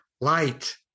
light